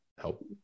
help